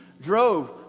drove